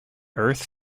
earth